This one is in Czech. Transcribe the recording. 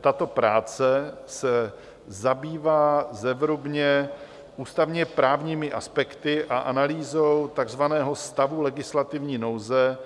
Tato práce se zabývá zevrubně ústavněprávními aspekty a analýzou takzvaného stavu legislativní nouze,